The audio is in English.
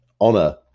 honor